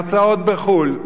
הרצאות בחו"ל,